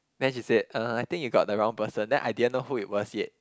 then she said (uh)I think you got the wrong person then I didn't know who it was yet